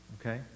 Okay